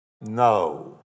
No